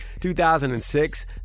2006